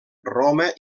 roma